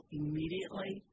immediately